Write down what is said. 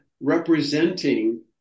representing